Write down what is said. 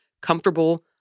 comfortable